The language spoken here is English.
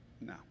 No